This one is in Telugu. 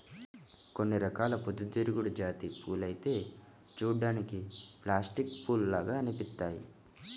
కొన్ని రకాల పొద్దుతిరుగుడు జాతి పూలైతే చూడ్డానికి ప్లాస్టిక్ పూల్లాగా అనిపిత్తయ్యి